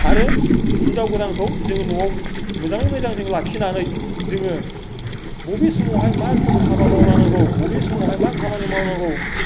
आरो हिनजाव गोदानखौ जोङो न'आव मोजाङै मोजां जों लाखिनानै जोङो बबे समावहाय मा रोखोम हाबा मावलानांगौ बबे समावहाय मा खामानि मावनांगौ